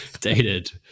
dated